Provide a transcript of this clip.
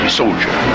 soldier